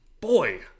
boy